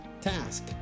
task